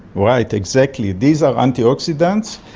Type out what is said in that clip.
right, exactly, these are antioxidants,